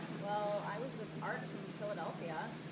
well, i was with art from philadelphia.